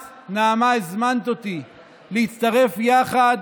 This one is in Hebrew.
את, נעמה, הזמנת אותי להצטרף יחד